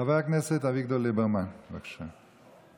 חבר הכנסת אביגדור ליברמן, בבקשה.